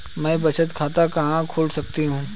मैं बचत खाता कहां खोल सकती हूँ?